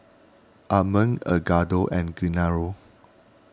Amon Edgardo and Gennaro